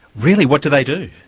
really? what do they do?